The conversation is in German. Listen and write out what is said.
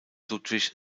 ludwig